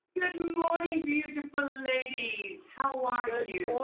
good morning, beautiful ladies! how are you?